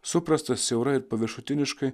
suprasta siaurai ir paviršutiniškai